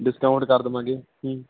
discount ਕਰ ਦੇਵਾਂਗੇ ਕੀ